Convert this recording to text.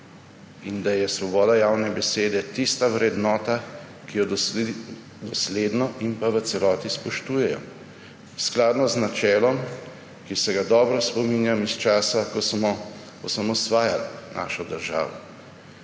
in da je svoboda javne besede tista vrednota, ki jo dosledno in v celoti spoštujejo, skladno z načelom, ki se ga dobro spominjam iz časa, ko smo osamosvajali našo državo,